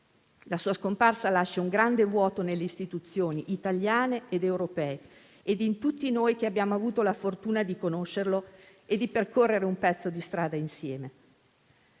La sua scomparsa lascia un grande vuoto nelle Istituzioni italiane ed europee e in tutti noi che abbiamo avuto la fortuna di conoscerlo e di percorrere un pezzo di strada insieme.